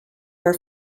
are